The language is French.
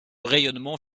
rayonnement